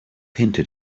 hinted